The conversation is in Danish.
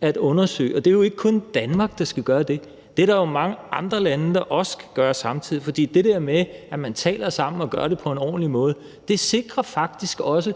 at undersøge. Og det er jo ikke kun Danmark, der skal gøre det; det er der jo mange andre lande der også skal gøre samtidig. For det der med, at man taler sammen og gør det på en ordentlig måde, sikrer faktisk også,